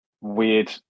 weird